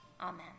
Amen